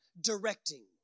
directing